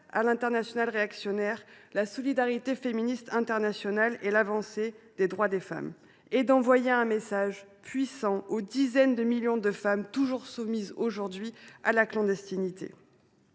internationale réactionnaire, la solidarité féministe par delà les frontières, pour l’avancée des droits des femmes, et d’adresser un message puissant aux dizaines de millions de femmes toujours soumises aujourd’hui à la clandestinité.